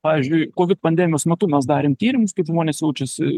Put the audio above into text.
pavyzdžiui kovid pandemijos metu mes darėm tyrimus kaip žmonės jaučiasi